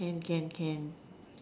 can can can